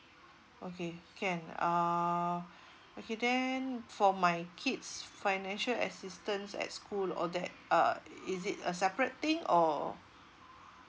okay can uh okay then for my kids financial assistance at school all that uh is it a separate thing or